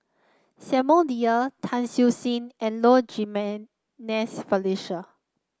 Samuel Dyer Tan Siew Sin and Low Jimenez Felicia